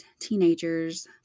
teenagers